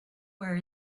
where